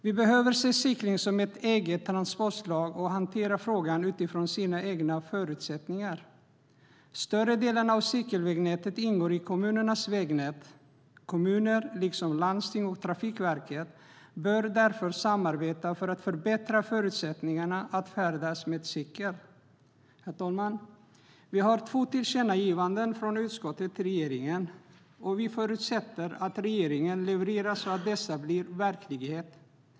Vi behöver se cykling som ett eget transportslag och hantera frågan utifrån dess egna förutsättningar. Den större delen av cykelvägnätet ingår i kommunernas vägnät. Kommunerna liksom landstingen och Trafikverket bör därför samarbeta för att förbättra förutsättningarna att färdas med cykel. Herr talman! Vi har två tillkännagivanden från utskottet till regeringen, och vi förutsätter att regeringen levererar så att dessa blir verklighet.